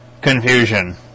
confusion